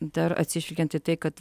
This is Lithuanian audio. dar atsižvelgiant į tai kad